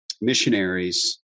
missionaries